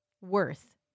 worth